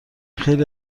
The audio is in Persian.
خیلی